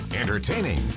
entertaining